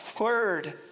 word